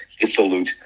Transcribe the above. dissolute